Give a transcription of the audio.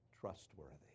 trustworthy